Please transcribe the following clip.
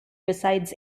resides